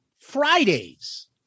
Fridays